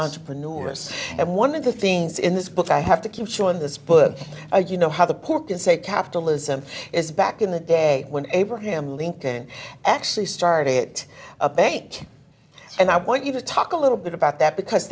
entrepreneurs and one of the things in this book i have to keep sure in this book you know how the poor can say capitalism is back in the day when abraham lincoln actually started it a bank and i want you to talk a little bit about that because